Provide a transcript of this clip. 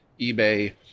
eBay